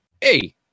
Hey